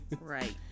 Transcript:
right